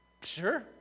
sure